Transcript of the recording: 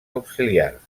auxiliars